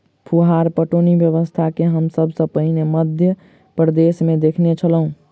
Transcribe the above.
फुहार पटौनी व्यवस्था के हम सभ सॅ पहिने मध्य प्रदेशमे देखने छलौं